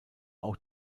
auch